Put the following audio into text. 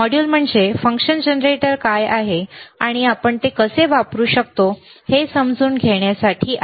module म्हणजे function generator काय आहे आणि आपण ते कसे वापरू शकतो हे समजून घेणे ठीक आहे